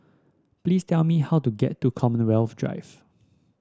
please tell me how to get to Commonwealth Drive